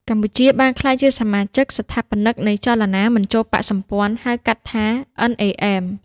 កម្ពុជាបានក្លាយជាសមាជិកស្ថាបនិកនៃចលនាមិនចូលបក្សសម្ព័ន្ធ (ហៅកាត់ថា NAM)